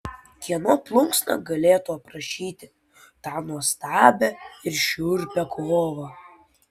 kieno plunksna galėtų aprašyti tą nuostabią ir šiurpią kovą